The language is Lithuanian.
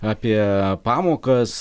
apie pamokas